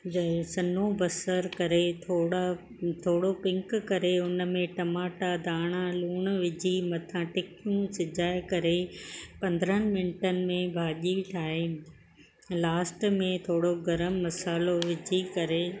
जो सन्हो बसर करे थोरा थोरो पिंक करे उन में टमाटा धाणा लूणु विझी मथां टिकियूं सिॼाए करे पंद्रहंनि मिंटनि में भाॼी ठाहे लास्ट में थोरो गर्मु मसालो विझी करे